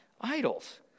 idols